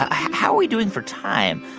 ah how are we doing for time?